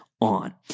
on